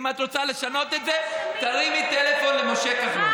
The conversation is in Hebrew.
אם את רוצה לשנות את זה, תרימי טלפון למשה כחלון.